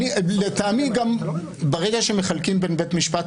לטעמי גם ברגע שמחלקים בין בית משפט